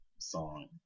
Song